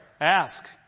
ask